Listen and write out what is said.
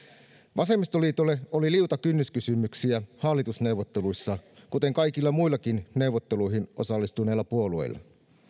vasemmistoliitolla oli liuta kynnyskysymyksiä hallitusneuvotteluissa kuten kaikilla muillakin neuvotteluihin osallistuneilla puolueilla